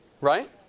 right